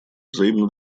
взаимно